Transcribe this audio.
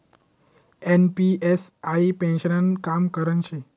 NPS हाई पेन्शननं काम करान शे